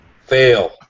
Fail